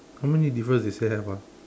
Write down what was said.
how many difference they say have ah